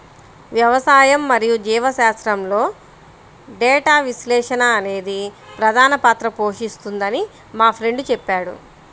వ్యవసాయం మరియు జీవశాస్త్రంలో డేటా విశ్లేషణ అనేది ప్రధాన పాత్ర పోషిస్తుందని మా ఫ్రెండు చెప్పాడు